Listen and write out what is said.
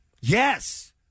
Yes